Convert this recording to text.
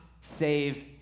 save